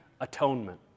atonement